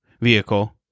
vehicle